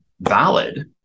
valid